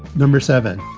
number seven,